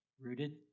rooted